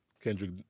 Kendrick